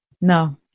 No